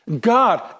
God